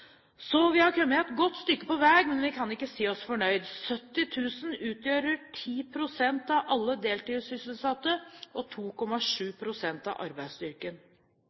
Så vi har kommet et godt stykke på vei, men vi kan ikke si oss fornøyd. 70 000 utgjør 10 pst. av alle deltidssysselsatte og 2,7 pst. av arbeidsstyrken.